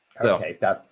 Okay